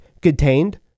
contained